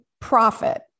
profit